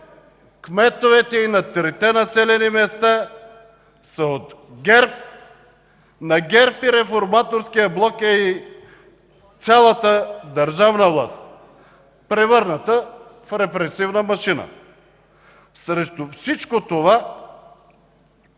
кметовете и на трите населени места са от ГЕРБ. На ГЕРБ и Реформаторския блок е и цялата държавна власт, превърната в репресивна машина. Срещу всичко това,